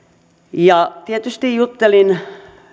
tietysti juttelin